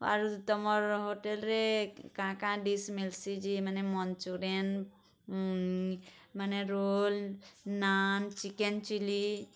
ଆର୍ ତମର୍ ହୋଟେଲ୍ରେ କାଏଁ କାଏଁ ଡିସ୍ ମିଲସି ଯେ ମାନେ ମନଚୁରିଏନ୍ ମାନେ ରୋଲ୍ ନାନ୍ ଚିକେନ୍ ଚିଲି